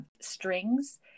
strings